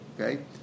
okay